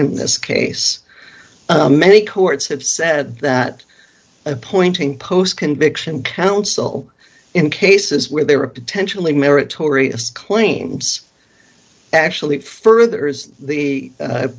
in this case many courts have said that appointing post conviction counsel in cases where they were potentially meritorious claims actually furthers the